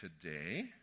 today